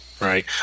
Right